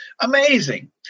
Amazing